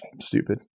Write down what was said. stupid